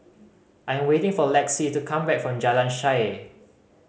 I am waiting for Lexi to come back from Jalan Shaer